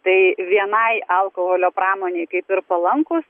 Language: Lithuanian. tai vienai alkoholio pramonei kaip ir palankūs